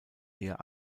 eher